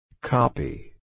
Copy